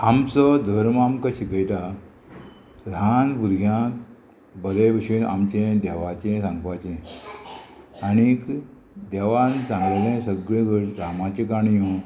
आमचो धर्म आमकां शिकयता ल्हान भुरग्यांक बरें भशेन आमचे देवाचे सांगपाचे आणीक देवान सांगलेले सगळे गट रामाच्यो काणयो